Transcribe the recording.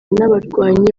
n’abarwanyi